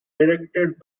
directed